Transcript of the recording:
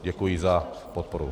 Děkuji za podporu.